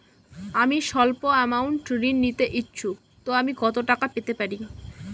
আমি সল্প আমৌন্ট ঋণ নিতে ইচ্ছুক তো আমি কত টাকা পেতে পারি?